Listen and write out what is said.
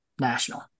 national